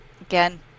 Again